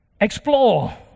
explore